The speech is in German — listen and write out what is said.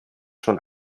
schon